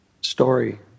story